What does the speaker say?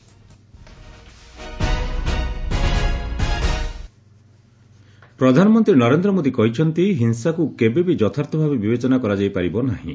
PM Lucknow ପ୍ରଧାନମନ୍ତ୍ରୀ ନରେନ୍ଦ୍ର ମୋଦୀ କହିଛନ୍ତି ହିଂସାକୁ କେବେବି ଯଥାର୍ଥ ଭାବେ ବିବେଚନା କରାଯାଇ ପାରିବ ନାହିଁ